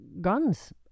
guns